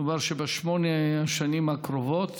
נאמר שבשמונה השנים הקרובות